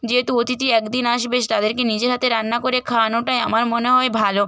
যেহেতু অতিথি এক দিন আসবে তাদেরকে নিজের হাতে রান্না করে খাওয়ানোটাই আমার মনে হয় ভালো